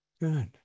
Good